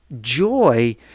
Joy